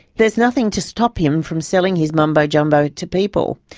there's nothing to stop him from selling his mumbo-jumbo to people.